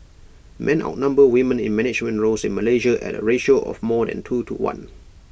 men outnumber women in management roles in Malaysia at A ratio of more than two to one